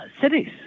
cities